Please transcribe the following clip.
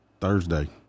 thursday